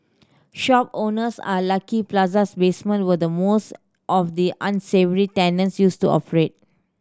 shop owners at Lucky Plaza's basement where most of the unsavoury tenants used to operate